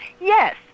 Yes